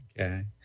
Okay